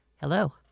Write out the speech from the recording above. Hello